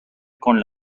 con